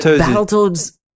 Battletoads